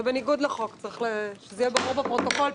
זה בניגוד לחוק, שזה יהיה ברור בפרוטוקול.